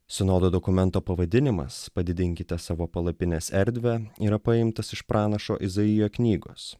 sinodo dokumento pavadinimas padidinkite savo palapinės erdvę yra paimtas iš pranašo izaijo knygos